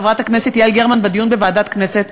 לחברת הכנסת יעל גרמן בדיון בוועדת הכנסת,